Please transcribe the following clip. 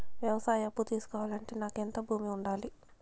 వ్యవసాయ అప్పు తీసుకోవాలంటే నాకు ఎంత భూమి ఉండాలి?